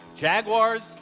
Jaguars